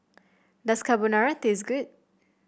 does Carbonara taste good